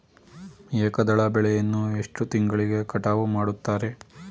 ಏಕದಳ ಬೆಳೆಯನ್ನು ಎಷ್ಟು ತಿಂಗಳಿಗೆ ಕಟಾವು ಮಾಡುತ್ತಾರೆ?